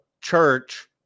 church